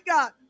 God